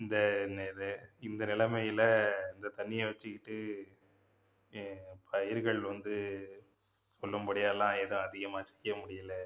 இந்த இந்த இது இந்த நிலமையில் இந்த தண்ணியை வச்சுக்கிட்டு பயிர்கள் வந்து சொல்லும்படியாகலாம் ஏதும் அதிகமாக செய்ய முடியலை